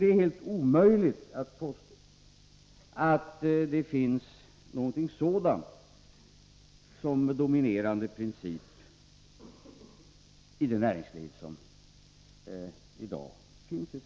Det är helt omöjligt att påstå att det finns någonting sådant som dominerande princip i det näringsliv som i dag finns i Sverige.